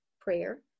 prayer